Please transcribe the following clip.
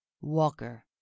walker